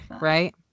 right